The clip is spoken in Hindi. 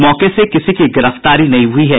मौके से किसी की गिरफ्तारी नहीं हुई है